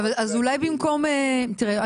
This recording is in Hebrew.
תראה,